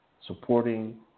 supporting